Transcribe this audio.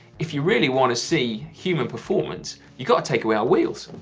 if you really wanna see human performance, you gotta take away our wheels.